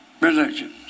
religions